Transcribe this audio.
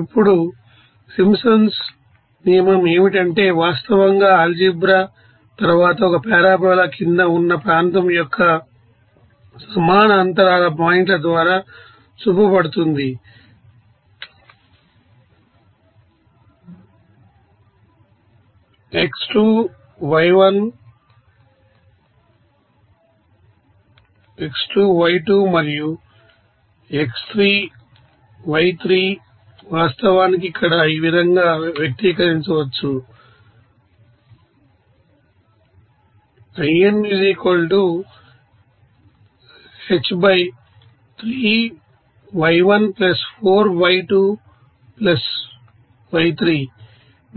ఇప్పుడు సింప్సన్స్ నియమం ఏమిటంటే వాస్తవంగా Algebra ఆల్జీబ్రా తర్వాత ఒక పారాబొలా కింద ఉన్న ప్రాంతం యొక్క సమాన అంతరాల పాయింట్ల ద్వారా చూపబడుతుంది x1 y1 x2 y2మరియు x3 y3 వాస్తవానికి ఇక్కడ ఈ విధంగా వ్యక్తీకరించవచ్చు